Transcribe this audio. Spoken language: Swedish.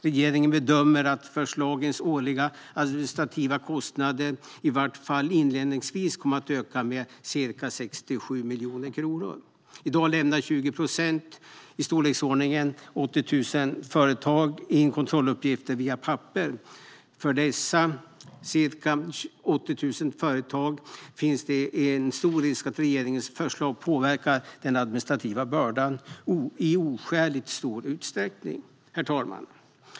Regeringen bedömer att förslagens årliga administrativa kostnader i vart fall inledningsvis kommer att öka med ca 67 miljoner kronor. I dag lämnar 20 procent, i storleksordningen 80 000 företag, in kontrolluppgifter via papper. För dessa ca 80 000 företag finns det stor risk att regeringens förslag påverkar den administrativa bördan i oskäligt stor utsträckning. Herr talman!